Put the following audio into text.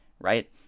Right